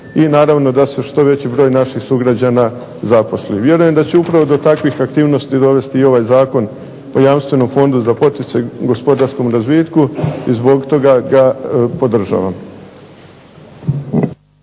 I naravno da se što veći broj naših sugrađana zaposli. Vjerujem da će upravo do takvih aktivnosti dovesti i ovaj Zakon o Jamstvenom fondu za poticaj gospodarskom razvitku i zbog toga ga podržavam.